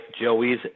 Joey's